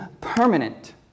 permanent